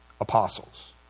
apostles